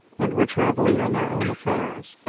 and were travelling on their own affairs.